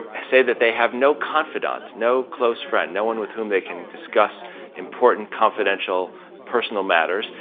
said that they have no confidant, no close friend, no one with whom they can discuss important confidential personal matters.